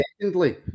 Secondly